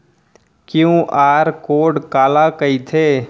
QR code काला कहिथे?